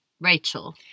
Rachel